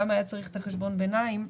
למה היה צריך את חשבון הביניים,